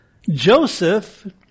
Joseph